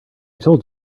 told